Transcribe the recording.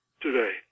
today